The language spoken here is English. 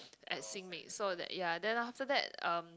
at Xinmin so that ya then after that um